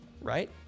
Right